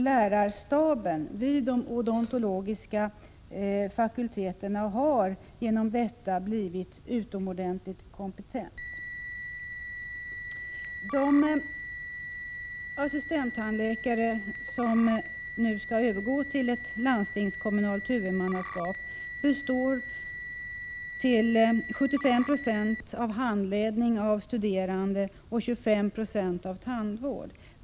Lärarstaben vid de odontologiska fakulteterna har därigenom blivit utomordentligt kompetent. De assistenttandläkartjänster som nu skall övergå till landstingskommunalt huvudmannaskap består till 75 96 av handledning av studerande och 25 90 av tandvård.